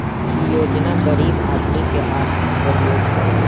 इ योजना गरीब आदमी के आर्थिक सहयोग करेला